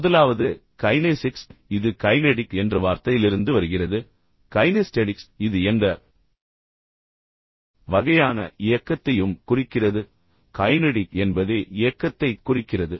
முதலாவது கைனெஸிக்ஸ் இது கைனெடிக் என்ற வார்த்தையிலிருந்து வருகிறது கைனெஸ்டெடிக்ஸ் இது எந்த வகையான இயக்கத்தையும் குறிக்கிறது கைனெடிக் என்பதே இயக்கத்தைக் குறிக்கிறது